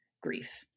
grief